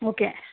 okay